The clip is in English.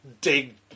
dig